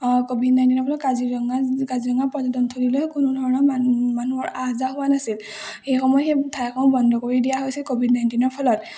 Covid নাইণ্টিনৰ ফলত কাজিৰঙা কাজিৰঙা পৰ্যটন থলীলৈ কোনো ধৰণৰ মানুহ মানুহৰ আহ যাহ হোৱা নাছিল সেইসমূহ সেই ঠাইসমূহ বন্ধ কৰি দিয়া হৈছিল ক'ভিড নাইণ্টিনৰ ফলত